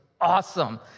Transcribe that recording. awesome